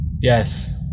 Yes